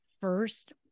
first